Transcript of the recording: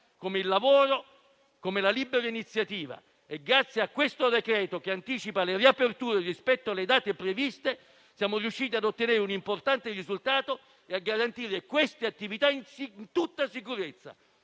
come il lavoro e la libera iniziativa. Grazie al decreto-legge in esame, che anticipa le riaperture rispetto alle date previste, siamo riusciti ad ottenere un importante risultato e a garantire le attività in tutta sicurezza,